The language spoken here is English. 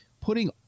putting